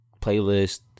playlist